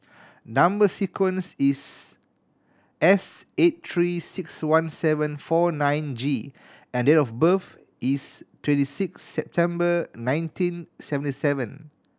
number sequence is S eight Three Six One seven four nine G and date of birth is twenty six September nineteen seventy seven